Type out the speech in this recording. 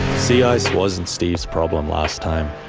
sea ice wasn't steve's problem last time.